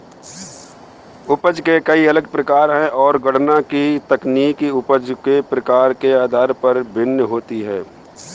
उपज के कई अलग प्रकार है, और गणना की तकनीक उपज के प्रकार के आधार पर भिन्न होती है